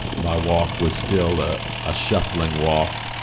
my walk was still a ah shuffling walk.